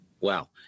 Wow